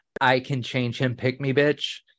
I-can-change-him-pick-me-bitch